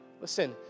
Listen